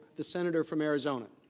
the senator from arizona.